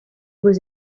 was